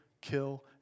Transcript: kill